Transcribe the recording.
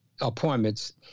appointments